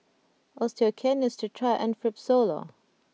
Osteocare Neostrata and Fibrosol